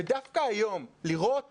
ודווקא היום, לראות